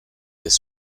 his